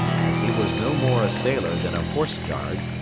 as he was no more a sailor than a horse-guard,